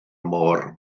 môr